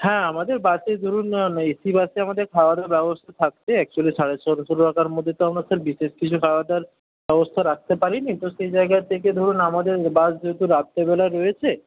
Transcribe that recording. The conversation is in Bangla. হ্যাঁ আমাদের বাসে ধরুন এসি বাসে আমদের খাওয়াদাওয়ার ব্যবস্থা থাকছে একচুয়ালি সাড়ে ষোলশো টাকার মধ্যে তো আমরা বিশেষ কিছু খাওয়াদাওয়ার ব্যবস্থা রাখতে পারিনি তো সেই জায়গা থেকে ধরুন আমদের বাস যেহেতু রাত্রেবেলা বেরোচ্ছে